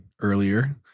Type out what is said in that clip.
earlier